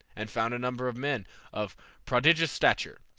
and found a number of men of prodigious stature,